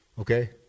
okay